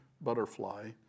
butterfly